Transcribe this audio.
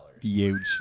Huge